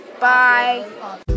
Bye